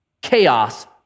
chaos